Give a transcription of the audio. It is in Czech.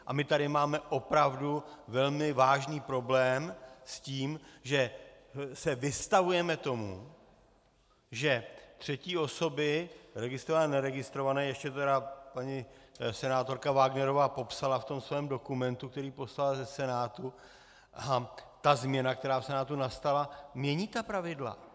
A my tady máme opravdu velmi vážný problém s tím, že se vystavujeme tomu, že třetí osoby registrované, neregistrované, ještě paní senátorka Wagnerová popsala v tom svém dokumentu, který poslala ze Senátu, ta změna, která v Senátu nastala, mění ta pravidla.